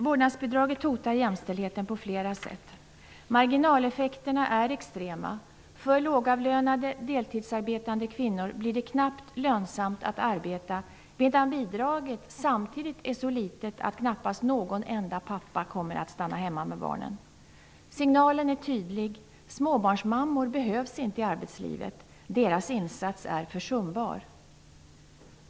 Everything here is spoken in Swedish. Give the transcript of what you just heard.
Vårdnadsbidraget hotar jämställdheten på flera sätt. Marginaleffekterna är extrema. För lågavlönade deltidsarbetande kvinnor blir det knappt lönsamt att arbeta. Samtidigt är bidraget så litet att knappast någon enda pappa kommer att stanna hemma med barnen. Signalen är tydlig -- småbarnsmammor behövs inte i arbetslivet. Deras insats är försumbar.